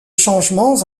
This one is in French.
changements